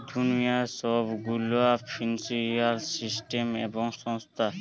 দুনিয়ার সব গুলা ফিন্সিয়াল সিস্টেম এবং সংস্থা